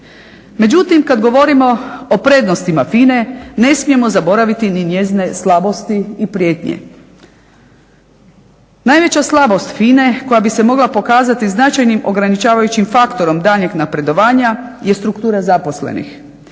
Međutim, kad govorimo o prednostima FINA-e ne smijemo zaboraviti ni njezine slabosti i prijetnje. Najveća slabost FINA-e koja bi se mogla pokazati značajnim ograničavajućim faktorom daljnjeg napredovanja je struktura zaposlenih.